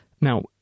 Now